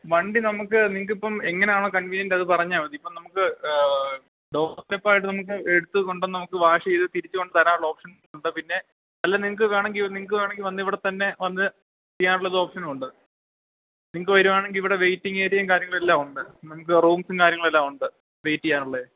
വണ്ടി നമുക്ക് നിങ്ങക്കിപ്പം എങ്ങനെയാണോ കൺവീനിയൻന്റ് അത് പറഞ്ഞാ മതി ഇപ്പം നമക്ക് ഡോർ സ്റ്റലപ്പ ആയിട്ട് നമുക്ക് എടുത്ത് കൊണ്ടന്ന് നമുക്ക് വാഷ് ചെയ്ത് തിരിച്ച് കൊണ്ട് തരാനുള്ള ഓപ്ഷൻ ഉണ്ട് പിന്നെ നല്ലാം നിങ്ങക്ക് വണെങ്കി നിങ്ങക്ക് വണെങ്കി വന്ന് ഇവിടെത്തന്നെ വന്ന് ചെയ്യാനുള്ളത് ഓപ്ഷനും ഉണ്ട് നിങ്ങക്ക് വരുവാണെങ്കി ഇവിടെ വെയ്റ്റിംഗ് ഏരിയയും കാര്യങ്ങളും എല്ലാം ഉണ്ട് നിങ്ങക്ക് റൂംസും കാര്യങ്ങളും എല്ലാം ഉണ്ട് വെയിറ്റ് ചെയ്യാനുള്ളേ